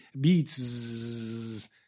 Beats